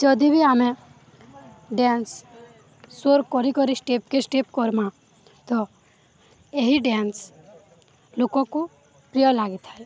ଯଦି ବି ଆମେ ଡ୍ୟାନ୍ସ ସ୍ୱର କରି କରି ଷ୍ଟେପ୍କେ ଷ୍ଟେପ୍ କର୍ମା ତ ଏହି ଡ୍ୟାନ୍ସ ଲୋକକୁ ପ୍ରିୟ ଲାଗିଥାଏ